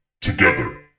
Together